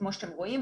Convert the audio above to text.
כמו שאתם רואים.